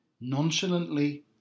nonchalantly